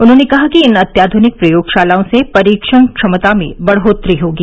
उन्होंने कहा कि इन अत्याधुनिक प्रयोगशालाओं से परीक्षण क्षमता में बढ़ोतरी होगी